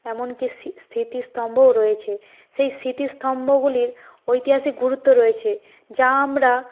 এমনকি স্মৃতিস্তম্ভও রয়েছে সেই স্মৃতিস্তম্ভগুলির ঐতিহাসিক গুরুত্ব রয়েছে যা আমরা